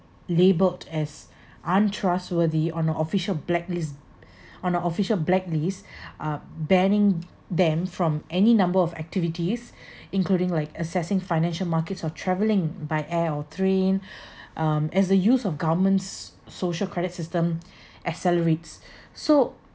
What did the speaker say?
labelled as untrustworthy on an official blacklist on an official blacklist uh banning them from any number of activities including like accessing financial markets or travelling by air or train um as the use of government's social credit system accelerates so